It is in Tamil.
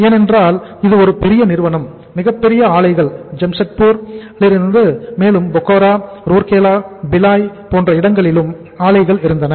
ஏனென்றால் இது ஒரு பெரிய நிறுவனம் மிகப்பெரிய ஆலைகள் ஜம்ஷெடப்பூர் போன்ற இடங்களிலும் ஆலைகள் இருந்தன